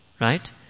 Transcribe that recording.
Right